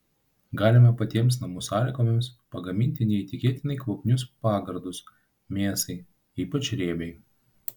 galima patiems namų sąlygomis pagaminti neįtikėtinai kvapnius pagardus mėsai ypač riebiai